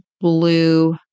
blue